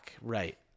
right